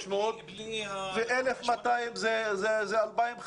ב-1,300 כיתות ועוד 1,200. הגענו ל-2,500.